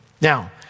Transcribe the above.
Now